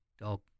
dog